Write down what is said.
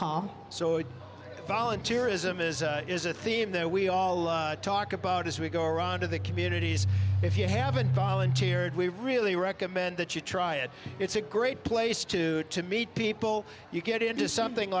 paul volunteer ism is is a theme that we all talk about as we go around to the communities if you haven't volunteered we really recommend that you try it it's a great place to to meet people you get into something